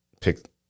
pick